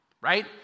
Right